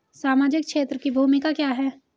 सामाजिक क्षेत्र की भूमिका क्या है?